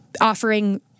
offering